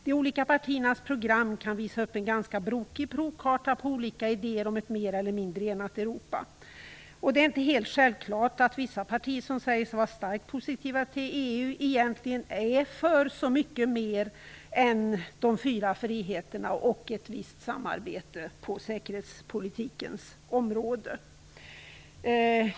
De olika partiernas program kan visa upp en ganska brokig provkarta på olika idéer om ett mer eller mindre enat Europa. Det är inte helt självklart att vissa partier, som säger sig vara starkt positiva till EU, egentligen är för så mycket mer än de fyra friheterna och ett visst samarbete på säkerhetspolitikens område.